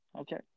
Okay